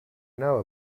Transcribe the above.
know